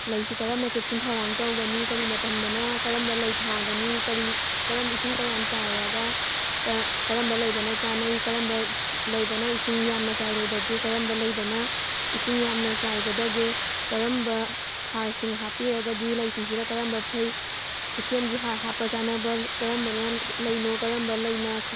ꯂꯩꯁꯤ ꯀꯔꯝꯅ ꯆꯦꯛꯁꯤꯟ ꯊꯧꯔꯥꯡ ꯇꯧꯒꯅꯤ ꯀꯔꯤ ꯃꯇꯝꯗꯅ ꯀꯔꯝꯕ ꯂꯩ ꯊꯥꯒꯅꯤ ꯀꯔꯤ ꯀꯔꯝ ꯏꯁꯤꯡ ꯀꯌꯥꯝ ꯆꯥꯏꯔꯒ ꯀꯔꯝꯕ ꯂꯩꯗꯅ ꯆꯥꯅꯩ ꯀꯔꯝꯕ ꯂꯩꯗꯅ ꯏꯁꯤꯡ ꯌꯥꯝꯅ ꯆꯥꯏꯔꯣꯏꯗꯒꯦ ꯀꯔꯝꯕ ꯂꯩꯗꯅ ꯏꯁꯤꯡ ꯌꯥꯝꯅ ꯆꯥꯏꯒꯗꯒꯦ ꯀꯔꯝꯕ ꯍꯥꯔꯁꯤꯡ ꯍꯥꯞꯄꯤꯔꯒꯗꯤ ꯂꯩꯁꯤꯡꯁꯤꯗ ꯀꯔꯝꯕ ꯐꯩ ꯈꯨꯠꯁꯦꯝꯒꯤ ꯍꯥꯔ ꯍꯥꯞꯄ ꯆꯥꯅꯕ ꯀꯔꯝꯕꯅ ꯂꯩꯅꯣ ꯀꯔꯝꯕ ꯂꯩꯅ ꯈꯨꯠ